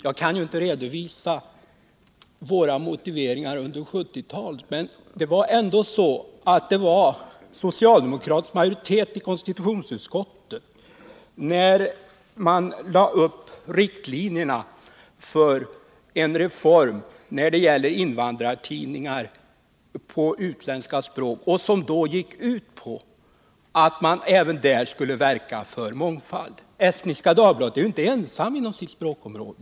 Jag kan inte nu redovisa de motiveringar vi anförde under 1970-talet, men det var ändå så att det var socialdemokratisk majoritet i konstitutionsutskottet när riktlinjerna drogs upp för en reform när det gäller invandrartidningar på utländska språk som gick ut på att man även i fråga om dem skulle verka för mångfald. Estniska Dagbladet är ju inte ensamt inom sitt språkområde.